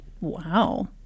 Wow